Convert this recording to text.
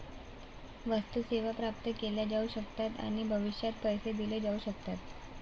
वस्तू, सेवा प्राप्त केल्या जाऊ शकतात आणि भविष्यात पैसे दिले जाऊ शकतात